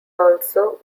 also